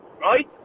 right